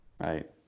right